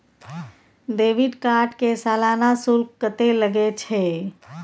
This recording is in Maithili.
डेबिट कार्ड के सालाना शुल्क कत्ते लगे छै?